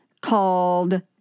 called